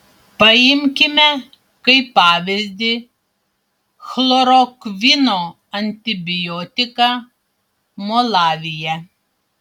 paimkime kaip pavyzdį chlorokvino antibiotiką malavyje